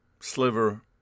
sliver